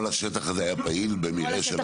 כל השטח הזה היה פעיל, במרעה שלכם?